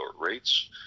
rates